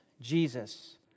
Jesus